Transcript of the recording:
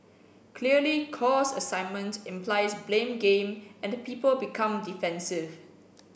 clearly cause assignment implies blame game and the people become defensive